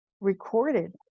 recorded